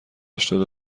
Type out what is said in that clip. هشتاد